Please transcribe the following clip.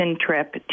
trip